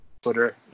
Twitter